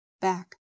back